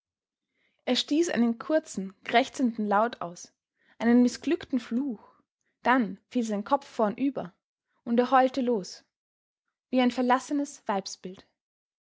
er stieß einen kurzen krächzenden laut aus einen mißglückten fluch dann fiel sein kopf vornüber und er heulte los wie ein verlassenes weibsbild